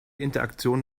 interaktion